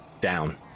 down